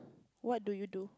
what do you do